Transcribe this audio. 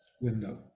window